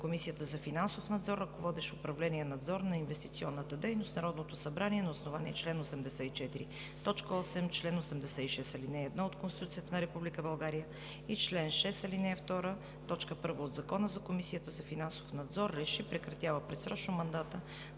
Комисията за финансов надзор, ръководещ управление „Надзор на инвестиционната дейност“ Народното събрание на основание чл. 84, т. 8, чл. 86, ал. 1 от Конституцията на Република България и чл. 6, ал. 2, т. 1 от Закона за Комисията за финансов надзор РЕШИ: Прекратява предсрочно мандата